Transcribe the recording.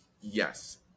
Yes